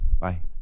Bye